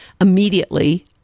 immediately